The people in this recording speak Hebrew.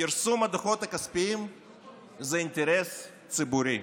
פרסום הדוחות הכספיים הוא אינטרס ציבורי.